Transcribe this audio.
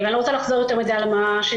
אני לא רוצה לחזור יותר מדי על מה שנאמר.